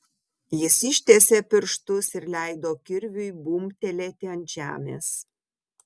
jis ištiesė pirštus ir leido kirviui bumbtelėti ant žemės